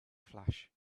flash